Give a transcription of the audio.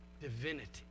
divinity